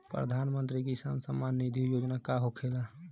प्रधानमंत्री किसान सम्मान निधि योजना का होखेला?